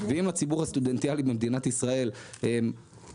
ואם הציבור הסטודנטיאלי במדינת ישראל מציעים